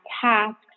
tasks